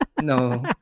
No